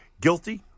guilty